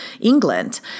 England